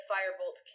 Firebolt